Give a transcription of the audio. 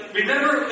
remember